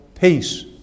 peace